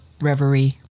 Reverie